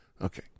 Okay